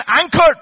anchored